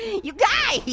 you guys,